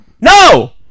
No